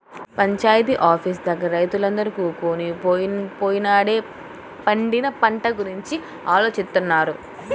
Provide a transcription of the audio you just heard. panchayat office దగ్గర రైతులందరూ కూకొని పోయినేడాది పండించిన పంట గురించి ఆలోచిత్తన్నారు